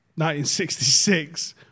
1966